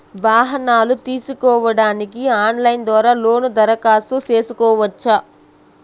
వాహనాలు తీసుకోడానికి ఆన్లైన్ ద్వారా లోను దరఖాస్తు సేసుకోవచ్చా?